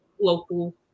local